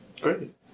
Great